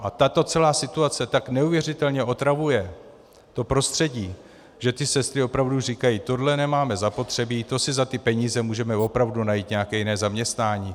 A tato celá situace tak neuvěřitelně otravuje to prostředí, že ty sestry opravdu říkají: Tohle nemáme zapotřebí, to si za ty peníze můžeme opravdu najít nějaké jiné zaměstnání.